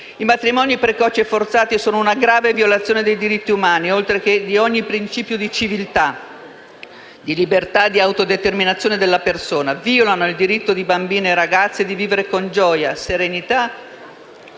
I matrimoni precoci e forzati sono una grave violazione dei diritti umani, oltre che di ogni principio di civiltà, di libertà e di autodeterminazione della persona. Violano il diritto di bambine e ragazze di vivere con gioia, serenità e in piena